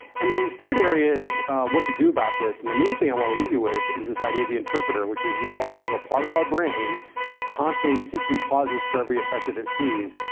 and then the third area is what to do about this. and the main thing i want to leave you with is this idea of the interpreter, which is we have a part of our brain that is constantly seeking causes for every effect that it sees,